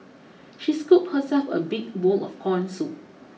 she scooped herself a big bowl of corn soup